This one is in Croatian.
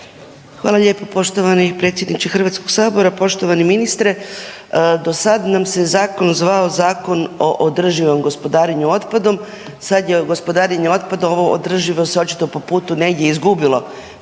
Hvala lijepo poštovani predsjedniče Hrvatskog sabora. Poštovani ministre, do sad nam se zakon zvao Zakon o održivom gospodarenju otpadu, sad je gospodarenje otpadom ovo održivo se očito po putu negdje izgubilo